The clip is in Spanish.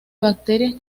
brácteas